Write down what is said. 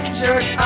jerk